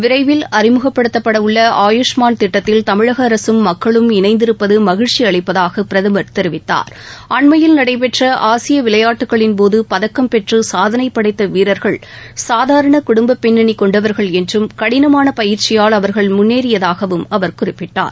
விரைவில் அறிமுகப்படுத்தப்பட உள்ள ஆயுஷ்மான் திட்டத்தில் தமிழக அரசும் மக்களும் இணைந்திருப்பது மகிழ்ச்சி அளிப்பதாக அண்மையில் நடைபெற்ற ஆசிய விளையாட்டுகளின் போது பதக்கம் பெற்று சாதளை படைத்த வீரர்கள் சாதாரண குடும்ப பின்னணி கொண்டவர்கள் என்றும் கடினமான பயிற்சியால் அவர்கள் முன்னேறியதாகவும் அவர் குறிப்பிட்டார்